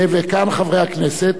וכאן, חברי הכנסת,